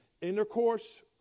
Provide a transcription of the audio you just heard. intercourse